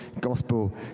gospel